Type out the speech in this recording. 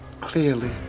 Clearly